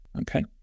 Okay